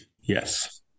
Yes